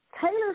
Taylor